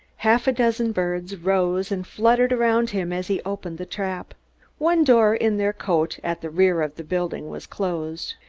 half a dozen birds rose and fluttered around him as he opened the trap one door in their cote at the rear of the building was closed.